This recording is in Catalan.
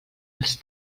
els